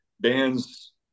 bands